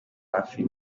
hafi